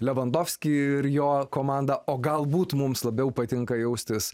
levandofskį ir jo komandą o galbūt mums labiau patinka jaustis